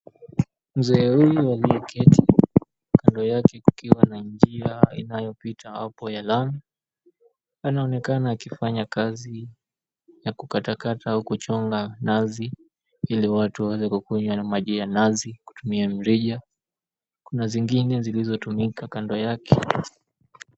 Mzee huyu aliyeketi, kando yake kukiwa na njia inayopita hapo ya lami. Anaonekana akifanya kazi ya kukata au kuchonga nazi ili watu waweze kukunywa maji ya nazi kutumia mrija. Kuna zingine zilizotumika kando yake.